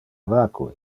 vacue